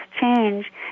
change